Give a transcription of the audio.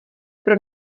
pro